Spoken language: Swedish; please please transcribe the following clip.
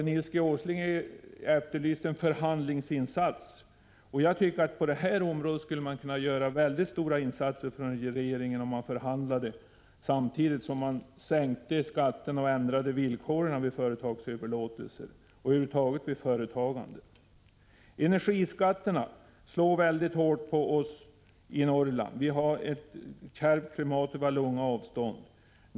Nils G. Åsling efterlyste en förhandlingsinsats. Jag tycker att man från regeringens sida skulle kunna göra väldigt stora insatser på det här området, om man förhandlade samtidigt som man sänkte skatterna och ändrade villkoren vid företagsöverlåtelse och över huvud taget vid företagande. Energiskatterna slår mycket hårt i Norrland. Där har vi ett kärvt klimat och långa avstånd.